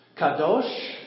Kadosh